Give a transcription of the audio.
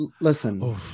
listen